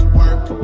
work